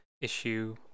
issue